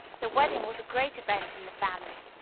the wedding was a great event in the family.